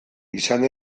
izan